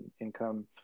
income